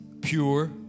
pure